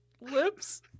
lips